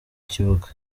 kibuga